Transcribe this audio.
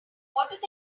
look